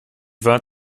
war